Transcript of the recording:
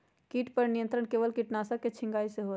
किट पर नियंत्रण केवल किटनाशक के छिंगहाई से होल?